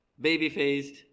baby-faced